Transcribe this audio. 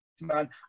man